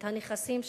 את הנכסים שלהם.